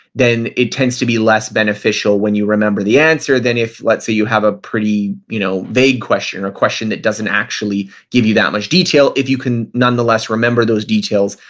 then it tends to be less beneficial when you remember the answer than if, let's say, you have a pretty you know vague question or a question that doesn't actually give you that much detail if you can nonetheless remember those details,